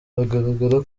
bigaragara